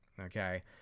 okay